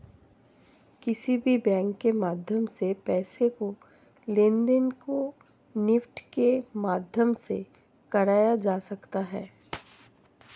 किसी भी बैंक के माध्यम से पैसे के लेनदेन को नेफ्ट के माध्यम से कराया जा सकता है